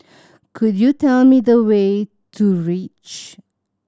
could you tell me the way to Reach